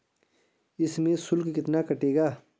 इसमें शुल्क कितना कटेगा?